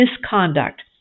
misconduct